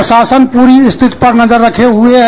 प्रशासन पूरी स्थिति पर नजर रखे हुए है